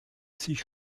sich